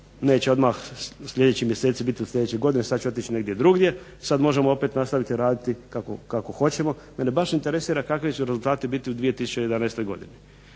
neće odmah sljedećih mjeseci biti i sljedeće godine sada će otići negdje drugdje sada možemo opet nastaviti raditi kako hoćemo jer me baš interesira kakvi će rezultati biti u 2011.godini.